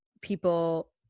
people